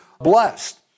blessed